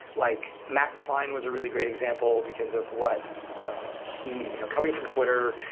like matt klein was a really great example because of what um he you know coming from twitter,